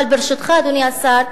אבל, אדוני השר,